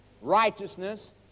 righteousness